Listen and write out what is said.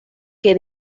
que